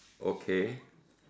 Okay